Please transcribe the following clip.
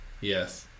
Yes